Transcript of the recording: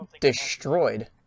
destroyed